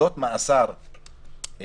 שפקודות המאסר על